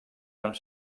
amb